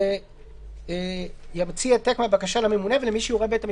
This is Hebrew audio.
על מציאות של 24